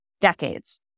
decades